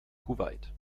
kuwait